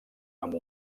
amb